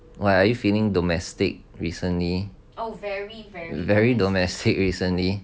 like are you feeling domestic recently very domestic recently